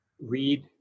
read